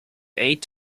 eight